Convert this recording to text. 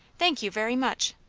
thank you very much.